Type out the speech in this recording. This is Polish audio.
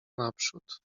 naprzód